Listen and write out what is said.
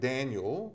Daniel